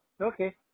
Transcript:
Okay